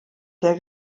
der